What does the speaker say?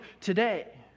today